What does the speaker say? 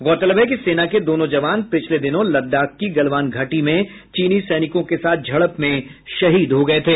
गौरतलब है कि सेना के दोनों जवान पिछले दिनों लद्दाख की गलवान घाटी में चीनी सैनिकों के साथ झड़प में शहीद हो गये थे